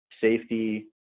safety